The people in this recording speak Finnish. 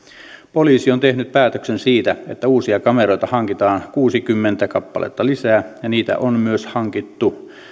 poliisi on tehnyt päätöksen siitä että uusia kameroita hankitaan kuusikymmentä kappaletta lisää ja niitä on myös hankittu